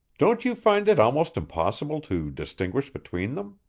don't you find it almost impossible to distinguish between them?